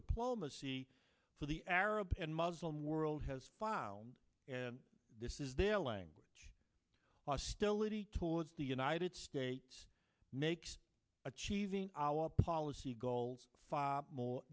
diplomacy for the arab and muslim world has found and this is their language hostility towards the united states makes achieving our policy goals far more